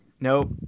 Nope